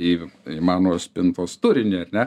į mano spintos turinį ar ne